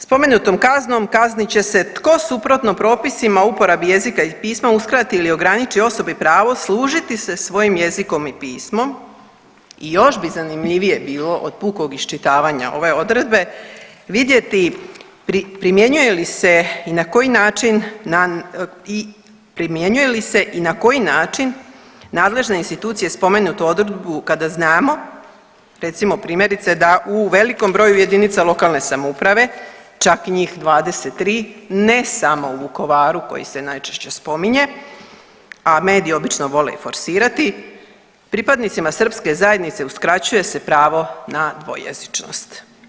Spomenutom kaznom kaznit će se tko suprotno propisima o uporabi jezika i pisma uskrati ili ograniči osobi pravo služiti se svojim jezikom i pismom i još bi zanimljivije bilo od pukog iščitavanja ove odredbe vidjeti primjenjuje li se i na koji način, primjenjuje li se i na koji način nadležne institucije spomenutu odredbu kada znamo, recimo primjerice da u velikom broju jedinica lokalne samouprave čak njih 23, ne samo u Vukovaru koji se najčešće spominje, a mediji obično vole forsirati, pripadnicima srpske zajednice uskraćuje se pravo na dvojezičnost.